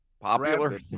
popular